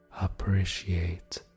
appreciate